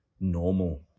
normal